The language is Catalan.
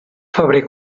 febrer